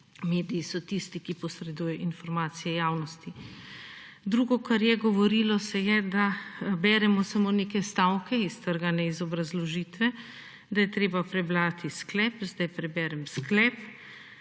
Mediji so tisti, ki posredujejo informacije javnosti. Drugo, kar je govorilo se je, da beremo samo neke stavke iztrgane iz obrazložitve, da je treba prebrati sklep sedaj preberem sklep